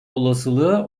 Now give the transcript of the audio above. olasılığı